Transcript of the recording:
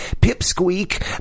pipsqueak